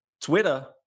Twitter